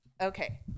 Okay